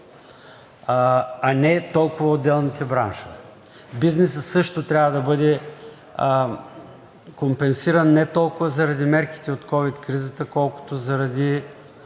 а не толкова отделните браншове. Бизнесът също трябва да бъде компенсиран не толкова заради мерките от ковид кризата, колкото заради